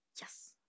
Yes